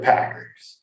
Packers